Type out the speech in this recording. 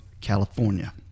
California